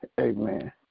Amen